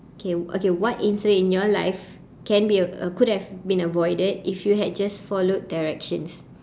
K okay what incident in your life can be a~ could have been avoided if you had just followed directions